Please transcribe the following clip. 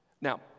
Now